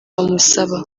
bamusaba